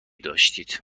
داشتید